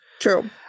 True